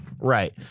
Right